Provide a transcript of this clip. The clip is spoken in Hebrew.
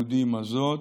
הזאת,